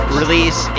release